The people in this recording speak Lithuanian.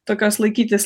tokios laikytis